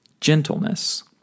gentleness